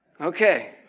Okay